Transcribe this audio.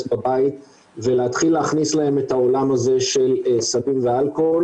בבית ולהתחיל להכניס להם את העולם הזה של סמים ואלכוהול